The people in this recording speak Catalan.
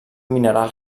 mineral